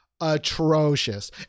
atrocious